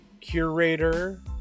curator